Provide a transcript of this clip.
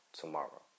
tomorrow